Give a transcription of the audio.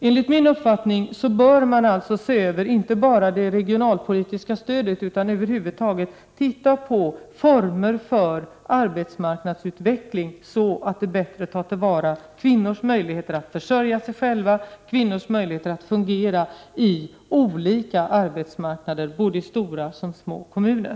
Enligt min uppfattning bör vi alltså se över inte bara det regionalpolitiska stödet utan över huvud taget formerna för arbetsmarknadsutveckling så att man bättre tar till vara kvinnors möjligheter att försörja sig själva och att fungera i olika arbetsmarknader, både i stora och i små kommuner.